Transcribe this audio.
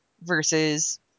versus